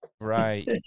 right